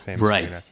Right